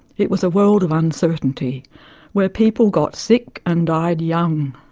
it was a world of uncertainty where people got sick and died young.